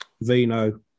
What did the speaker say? Vino